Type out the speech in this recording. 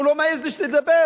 הוא לא מעז לדבר.